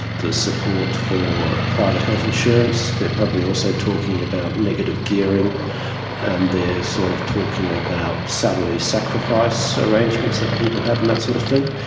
the support for private health insurance. they're probably also talking about negative gearing and they're sort of talking about salary sacrifice arrangements that people have and that sort of thing.